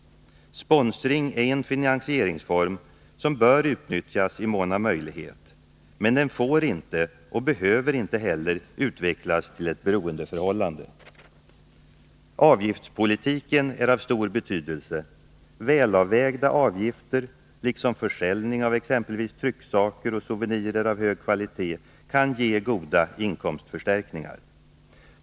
Sponsring är en finansieringsform som bör utnyttjas i mån av möjlighet. Men den får inte, och behöver inte heller, utvecklas till ett beroendeförhållande. Avgiftspolitiken är av stor betydelse. Välavvägda avgifter liksom försälj ning av exempelvis trycksaker och souvenirer av hög kvalitet kan ge goda inkomstförstärkningar.